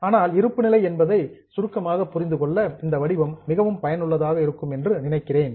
ஆனால் இருப்பு நிலை என்ன என்பதை சுருக்கமாக புரிந்து கொள்ள இந்த வடிவம் மிகவும் பயனுள்ளதாக இருக்கும் என்று நினைக்கிறேன்